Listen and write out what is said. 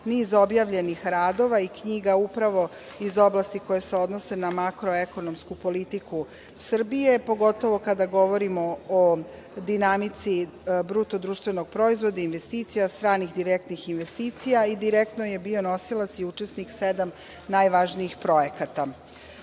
niz objavljenih radova i knjiga upravo iz oblasti koje se odnose na makroekonomsku politiku Srbije, pogotovo kada govorimo o dinamici bruto društvenog proizvoda, investicija, stranih direktnih investicija i direktno je bio nosilac i učesnik sedam najvažnijih projekata. Ono